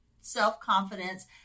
self-confidence